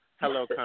hello